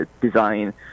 design